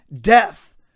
death